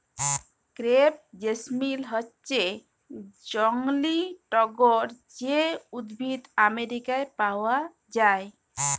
crepe jasmine হচ্যে জংলী টগর যে উদ্ভিদ আমেরিকায় পাওয়া যায়